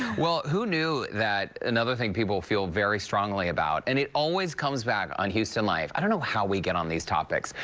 well, who knew that another thing people feel very strongly about and it always comes back on houston life, i don't know how we get on these topics.